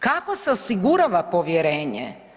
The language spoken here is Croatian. Kako se osigurava povjerenje?